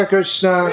Krishna